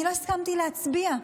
אני לא הסכמתי להצביע.